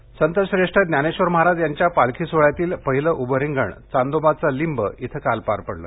पालखीः संतश्रेष्ठ ज्ञानेश्वर महाराज यांच्या पालखी सोहोळयातील पहिलं उभं रिंगण चांदोबाचा लिंब इथं पार पडले